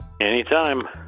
Anytime